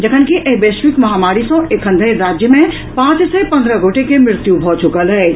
जखनकि एहि वैश्विक महामारी सँ एखन धरि राज्य मे पांच सय पंद्रह गोटे के मृत्यु भऽ चुकल अछि